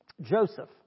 Joseph